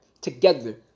together